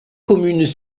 communes